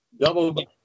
double